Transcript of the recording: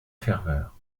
ferveur